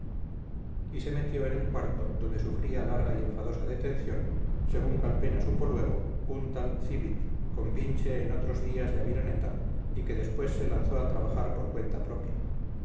y se metió en el cuarto donde sufría larga y enfadosa detención según calpena supo luego un tal civit compinche en otros días de aviraneta y que después se lanzó a trabajar por cuenta propia